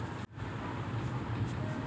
आलू बुखारा से मुरब्बे भी बनाए जाते हैं